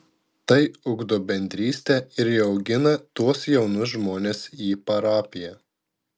tai ugdo bendrystę ir įaugina tuos jaunus žmones į parapiją